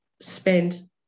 spend